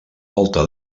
volta